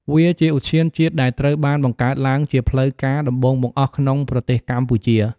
វាជាឧទ្យានជាតិដែលត្រូវបានបង្កើតឡើងជាផ្លូវការដំបូងបង្អស់ក្នុងប្រទេសកម្ពុជា។